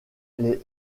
les